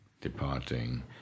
departing